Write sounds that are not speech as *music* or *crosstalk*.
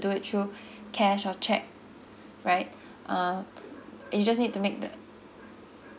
you can also choose to do it through *breath* cash or check right um you just need to make the